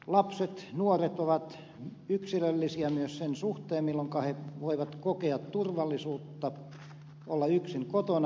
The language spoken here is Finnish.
lapset nuoret ovat yksilöllisiä myös sen suhteen milloinka he voivat kokea turvalliseksi olla yksin kotona